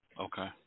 Okay